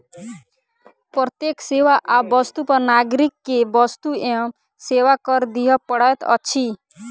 प्रत्येक सेवा आ वस्तु पर नागरिक के वस्तु एवं सेवा कर दिअ पड़ैत अछि